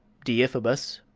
deiphobus,